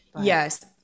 Yes